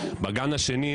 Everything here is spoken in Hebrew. בגן שני,